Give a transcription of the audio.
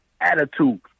attitude